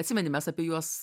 atsimeni mes apie juos